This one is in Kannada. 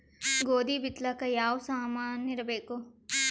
ಗೋಧಿ ಬಿತ್ತಲಾಕ ಯಾವ ಸಾಮಾನಿರಬೇಕು?